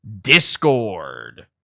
Discord